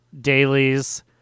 dailies